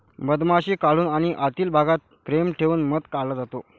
मधमाशी काढून आणि आतील भागात फ्रेम ठेवून मध काढला जातो